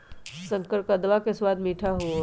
शकरकंदवा के स्वाद मीठा होबा हई